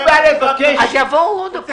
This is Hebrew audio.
אז יבואו עוד פעם.